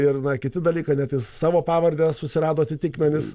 ir na kiti dalykai net ir savo pavardę susirado atitikmenis